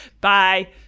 bye